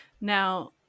Now